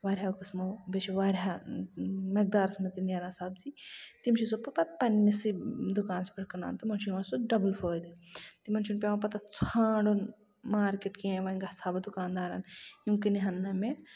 واریاہو قٕسمَو بیٚیہِ چھِ واریاہ مٮ۪قدارَس منٛز تہِ نیران سَبزی تِم چھِ سُہ پَتہٕ پَنٕنِسے دُکانَس پٮ۪ٹھ کٔنان تِمن چھُ یِوان سُہ ڈَبٔل فٲیدٕ تِمَن چھُنہٕ پٮ۪وان پَتہٕ اَتھ ژھانڈُن مارکیٹ کیٚنہہ وۄنۍ گژھ ہا بہٕ دُکان دارَن یِم کٔنۍ ہن نہٕ مےٚ